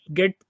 get